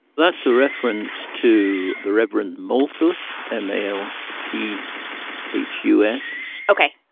that's a reference to the reverend malthus, m a l t h u s ok,